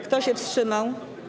Kto się wstrzymał?